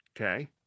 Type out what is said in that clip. Okay